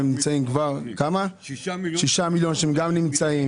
6 מיליון שהם גם נמצאים.